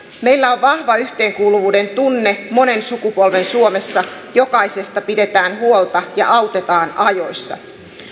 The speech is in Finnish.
meillä on vahva yhteenkuuluvuuden tunne monen sukupolven suomessa jokaisesta pidetään huolta ja autetaan ajoissa